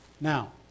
Now